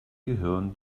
gehirn